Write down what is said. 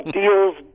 deals